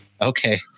Okay